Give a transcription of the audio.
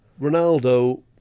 Ronaldo